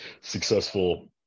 successful